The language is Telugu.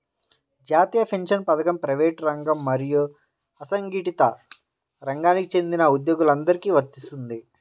జాతీయ పెన్షన్ పథకం ప్రైవేటు రంగం మరియు అసంఘటిత రంగానికి చెందిన ఉద్యోగులందరికీ వర్తిస్తుంది